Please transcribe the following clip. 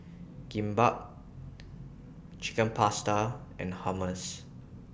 Kimbap Chicken Pasta and Hummus